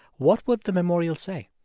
what would the memorial say?